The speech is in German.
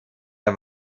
der